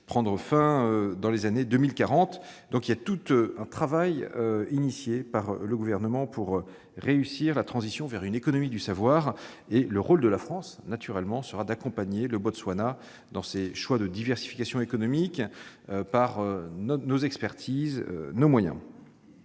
prendre fin dans les années 2040. Tout un travail est donc engagé par le Gouvernement pour réussir la transition vers une économie du savoir. Le rôle de la France sera naturellement d'accompagner le Botswana dans ses choix de diversification économique, par notre expertise et nos moyens,